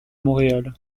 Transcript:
montréal